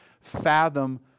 fathom